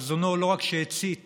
חזונו לא רק שהצית